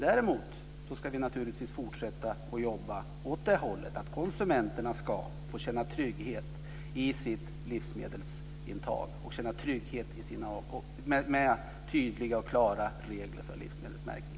Däremot ska vi naturligtvis fortsätta att jobba så att konsumenterna ska få känna trygghet i sitt livsmedelsintag och känna trygghet med tydliga och klara regler för livsmedelsmärkning.